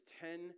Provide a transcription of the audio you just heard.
ten